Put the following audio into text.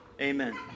Amen